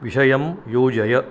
विषयं योजय